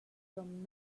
from